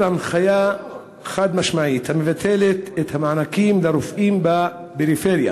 הנחיה חד-משמעית המבטלת את המענקים לרופאים בפריפריה.